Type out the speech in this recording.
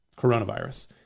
coronavirus